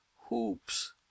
hoops